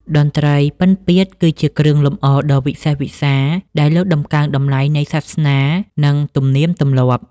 តន្ត្រីពិណពាទ្យគឺជាគ្រឿងលម្អដ៏វិសេសវិសាល ដែលលើកតម្កើងតម្លៃនៃសាសនា និងទំនៀមទម្លាប់។